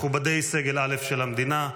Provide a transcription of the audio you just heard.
מכובדי סגל א' של המדינה,